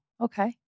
Okay